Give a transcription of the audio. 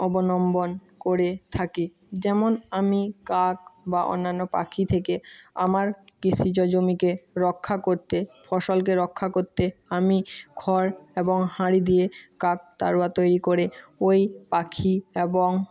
অবলম্বন করে থাকি যেমন আমি কাক বা অন্যান্য পাখি থেকে আমার কৃষিজ জমিকে রক্ষা করতে ফসলকে রক্ষা করতে আমি খড় এবং হাঁড়ি দিয়ে কাকতাড়ুয়া তৈরি করে ওই পাখি এবং